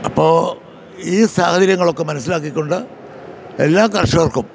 അപ്പോൾ ഈ സാഹചര്യങ്ങളൊക്കെ മനസ്സിലാക്കിക്കൊണ്ട് എല്ലാ കർഷകർക്കും